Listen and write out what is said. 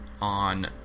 On